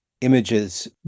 images